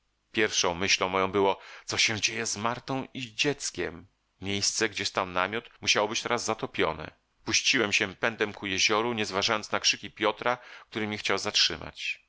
pierwszą myślą moją było co się dzieje z martą i dzieckiem miejsce gdzie stał namiot musiało być teraz zatopione puściłem się pędem ku jezioru nie zważając na krzyki piotra który mnie chciał zatrzymać